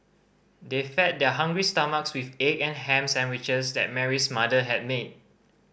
they fed their hungry stomachs with egg and ham sandwiches that Mary's mother had made